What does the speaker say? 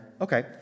Okay